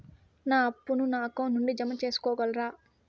నా అప్పును నా అకౌంట్ నుండి జామ సేసుకోగలరా?